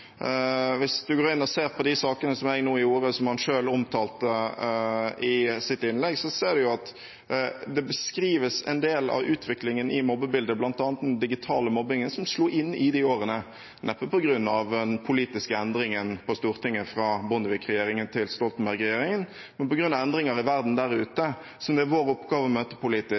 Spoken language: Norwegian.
Hvis man går inn og ser på de sakene som jeg nå gjorde, og som han selv omtalte i sitt innlegg, ser man at der beskrives en del av utviklingen i mobbebildet, bl.a. den digitale mobbingen som slo inn i de årene, neppe på grunn av den politiske endringen på Stortinget fra Bondevik-regjeringen til Stoltenberg-regjeringen, men på grunn av endringer i verden der ute, som det er vår oppgave å møte politisk.